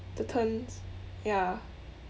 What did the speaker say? the turns ya